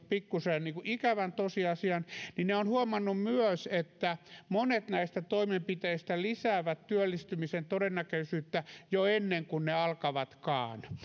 pikkuisen ikävän tosiasian niin he ovat huomanneet myös että monet näistä toimenpiteistä lisäävät työllistymisen todennäköisyyttä jo ennen kuin ne alkavatkaan